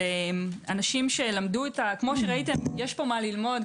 אבל יש פה מה ללמוד כפי שראיתם.